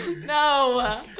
No